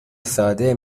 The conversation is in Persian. ساده